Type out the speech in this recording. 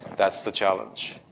that's the challenge.